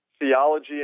theology